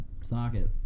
socket